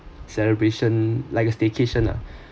celebration like a staycation lah